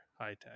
high-tech